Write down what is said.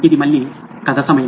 ఇది మళ్ళీ కథ సమయం